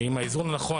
עם האיזון הנכון,